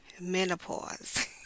menopause